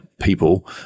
people